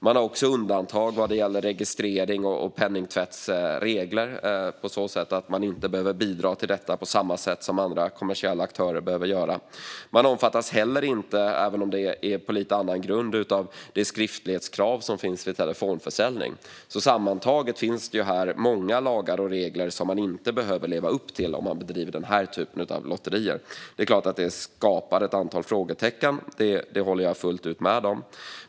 Man är också undantagen vad gäller registrering och regler för penningtvätt på så vis att man inte behöver bidra till detta på samma sätt som andra kommersiella aktörer behöver göra. Man omfattas heller inte, även om det är lite på annan grund, av det skriftlighetskrav som finns vid telefonförsäljning. Sammantaget finns det många lagar och regler som man inte behöver leva upp till om man bedriver den här typen av lotteri. Det är klart att det skapar ett antal frågetecken; det håller jag fullt ut med om.